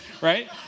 Right